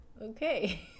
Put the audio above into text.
okay